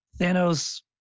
thanos